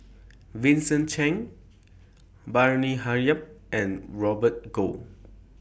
Vincent Cheng Bani Haykal and Robert Goh